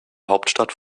hauptstadt